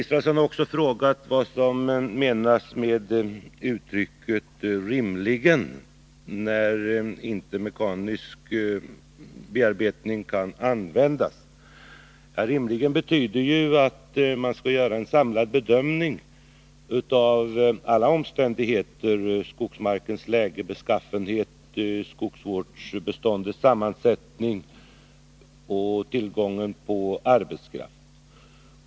Per Israelsson har också frågat vad som menas med uttrycket ”rimligen” när det har använts i samband med den skrivning som behandlar de situationer då inte mekanisk bearbetning kan ske. ”Rimligen” betyder i det sammanhanget att man skall göra en samlad bedömning av alla omständigheter: skogsmarkens läge och beskaffenhet, skogsbeståndets sammansättning och tillgången på arbetskraft.